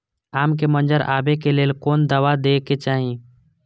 आम के मंजर आबे के लेल कोन दवा दे के चाही?